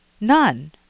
None